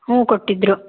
ಹ್ಞೂ ಕೊಟ್ಟಿದ್ದರು